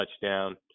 touchdown